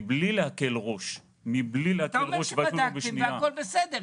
מבלי להקל ראש --- אתה אומר שבדקתם והכל בסדר,